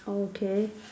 okay